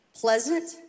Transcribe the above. pleasant